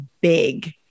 big